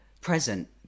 Present